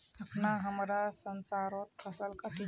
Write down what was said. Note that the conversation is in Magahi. अखना हमरा सरसोंर फसल काटील छि